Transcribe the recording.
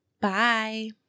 Bye